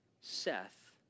Seth